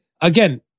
again